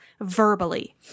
verbally